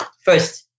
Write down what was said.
first